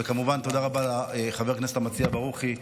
וכמובן תודה רבה לחבר הכנסת המציע ברוכי.